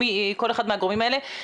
כל אחד מהגורמים האלה.